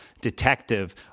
Detective